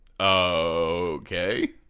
Okay